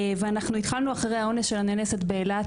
ואנחנו התחלנו אחרי האונס של הנאנסת באילת,